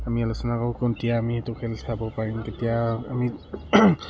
আমি আলোচনা কৰোঁ কোনটিয়ে আমি তেওঁ খেল চাব পাৰিম তেতিয়া আমি